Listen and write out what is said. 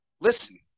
listen